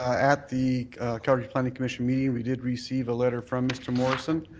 at the calgary planning commission meeting we did receive a letter from mr. morrison.